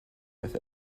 with